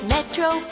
Metro